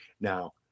now